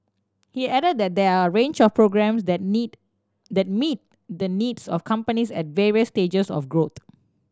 he added that there are a range of programmes that need the needs of companies at various stages of growth